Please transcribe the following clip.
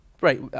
right